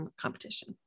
competition